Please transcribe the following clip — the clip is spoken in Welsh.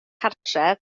cartref